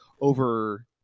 over